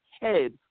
head